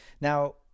Now